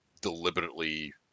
deliberately